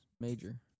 major